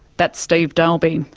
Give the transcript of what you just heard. that's steve dalby,